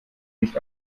nicht